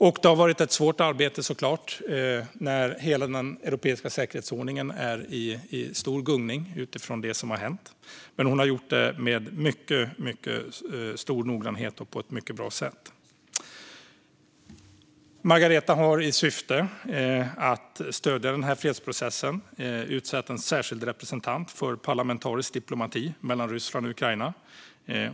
Det har såklart varit ett svårt arbete då hela den europeiska säkerhetsordningen är i stor gungning efter det som har hänt, men hon har gjort det med mycket stor noggrannhet och på ett mycket bra sätt. I syfte att stödja fredsprocessen har Margareta utsett en särskild representant för parlamentarisk diplomati mellan Ryssland och Ukraina.